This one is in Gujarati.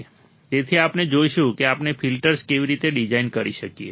તેથી આપણે જોઈશું કે આપણે ફિલ્ટર્સ કેવી રીતે ડિઝાઇન કરી શકીએ